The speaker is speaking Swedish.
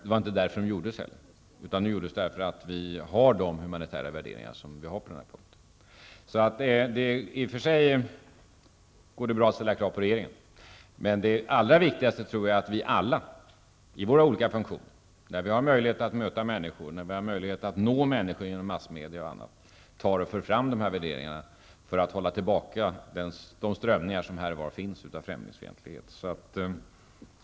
Det var inte därför de gjordes. De gjordes därför att vi har dessa humanitära värderingar på den här punkten. Det går i och för sig bra att ställa krav på regeringen. Men det allra viktigaste tror jag är att vi alla, i våra olika funktioner, när vi har möjlighet att möta människor och nå människor genom massmedia och på annat sätt för fram dessa värderingar för att hålla tillbaka de strömningar av främlingsfientlighet som finns här och var.